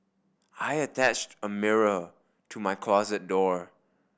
I attached a mirror to my closet door